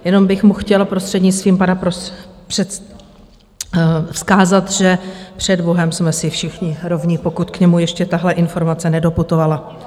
Jenom bych mu chtěla prostřednictvím pana předsedajícího vzkázat, že před bohem jsme si všichni rovni, pokud k němu ještě tahle informace nedoputovala.